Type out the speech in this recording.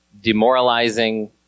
demoralizing